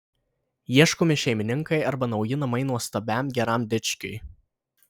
ieškomi šeimininkai arba nauji namai nuostabiam geram dičkiui